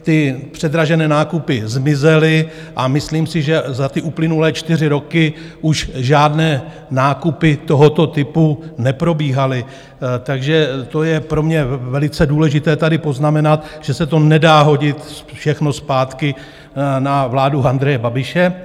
Ty předražené nákupy zmizely a myslím si, že za uplynulé čtyři roky už žádné nákupy tohoto typu neprobíhaly, takže to je pro mě velice důležité tady poznamenat, že se to nedá hodit všechno zpátky na vládu Andreje Babiše.